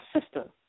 sister